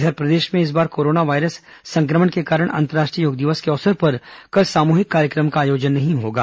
इधर प्रदेश में इस बार कोरोना वायरस संक्रमण के कारण अंतर्राष्ट्रीय योग दिवस के अवसर पर कल सामूहिक कार्यक्रम का आयोजन नहीं होगा